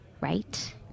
right